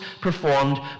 performed